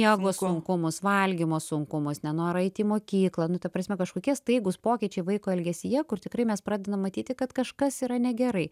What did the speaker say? miego sunkumus valgymo sunkumus nenorą eit į mokyklą nu ta prasme kažkokie staigūs pokyčiai vaiko elgesyje kur tikrai mes pradedam matyti kad kažkas yra negerai